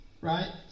right